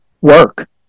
work